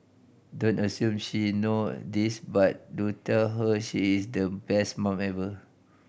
don't assume she know this but do tell her she is the best mum ever